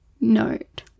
note